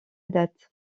date